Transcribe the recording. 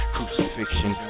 Crucifixion